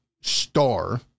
star